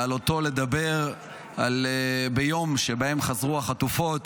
בעלותו לדבר ביום שבו חזרו החטופות,